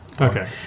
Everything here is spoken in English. okay